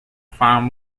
farm